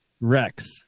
Rex